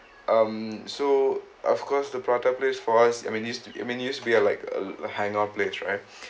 um so of course the prata place for us I mean used I mean used to be like a hangout place right